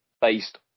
based